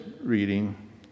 reading